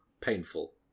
painful